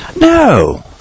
No